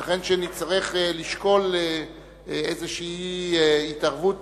ייתכן שנצטרך לשקול איזו התערבות